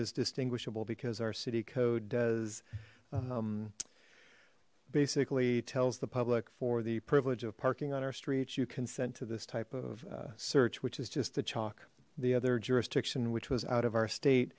is distinguishable because our city code does basically tells the public for the privilege of parking on our streets you consent to this type of search which is just the chalk the other jurisdiction which was out of our state